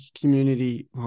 community